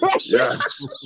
Yes